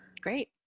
Great